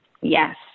Yes